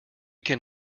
can